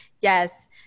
yes